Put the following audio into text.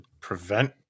prevent